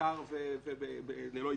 אני אקריא את שלושת הסעיפים שאליהם אנחנו